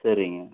சரிங்க